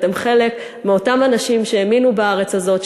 אתם חלק מאותם אנשים שהאמינו בארץ הזאת,